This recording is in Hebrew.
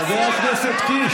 חבר הכנסת קיש.